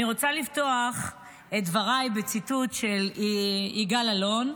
אני רוצה לפתוח את דבריי בציטוט של יגאל אלון,